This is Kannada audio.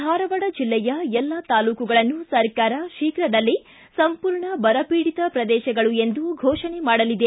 ಧಾರವಾಡ ಜಲ್ಲೆಯ ಎಲ್ಲಾ ತಾಲೂಕುಗಳನ್ನು ಸರ್ಕಾರ ಶೀಘದಲ್ಲಿ ಸಂಪೂರ್ಣ ಬರಪೀಡಿತ ಪ್ರದೇಶಗಳು ಎಂದು ಫೋಷಣೆ ಮಾಡಲಿದೆ